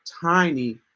tiny